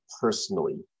personally